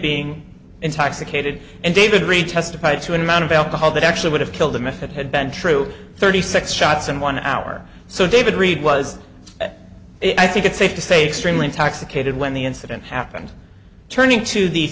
being intoxicated and david reid testified to an amount of alcohol that actually would have killed him if it had been true thirty six shots in one hour so david reed was i think it's safe to say extremely intoxicated when the incident happened turning to the